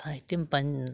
साहित्यं पञ्